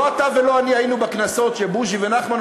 לא אתה ולא אני היינו בכנסות של בוז'י ונחמן,